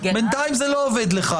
זו עמדתי, האווירה בדיון הזה,